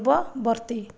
ପୂର୍ବବର୍ତ୍ତୀ